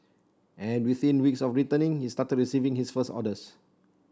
and within weeks of returning he started receiving his first orders